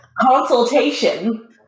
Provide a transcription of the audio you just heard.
consultation